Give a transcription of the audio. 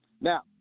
Now